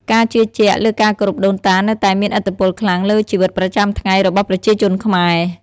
ការជឿជាក់លើការគោរពដូនតានៅតែមានឥទ្ធិពលខ្លាំងលើជីវិតប្រចាំថ្ងៃរបស់ប្រជាជនខ្មែរ។